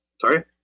Sorry